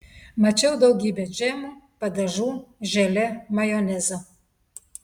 mačiau daugybę džemų padažų želė majonezo